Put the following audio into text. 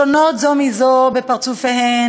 שונות זו מזו בפרצופיהן,